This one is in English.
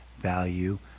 value